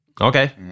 okay